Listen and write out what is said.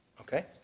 Okay